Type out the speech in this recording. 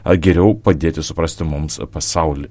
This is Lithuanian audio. ar geriau padėti suprasti mums pasaulį